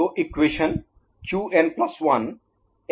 तो equation Qn plus 1 Qn1 S plus R prime Qn R'Qn है